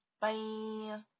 bye